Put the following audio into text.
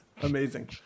Amazing